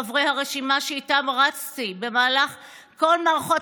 חברי הרשימה שאיתם רצתי במהלך כל מערכות